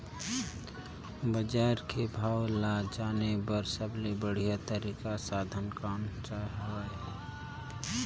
बजार के भाव ला जाने बार सबले बढ़िया तारिक साधन कोन सा हवय?